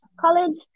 college